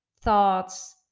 thoughts